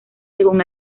según